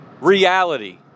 reality